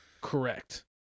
Correct